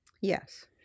Yes